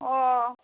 ও